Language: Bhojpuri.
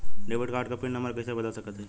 डेबिट कार्ड क पिन नम्बर कइसे बदल सकत हई?